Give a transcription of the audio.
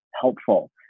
helpful